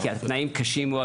כי התנאים קשים מאוד.